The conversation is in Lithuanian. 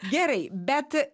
gerai bet